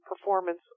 performance